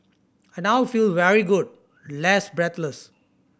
I now feel very good less breathless